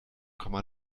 komma